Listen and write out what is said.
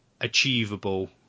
achievable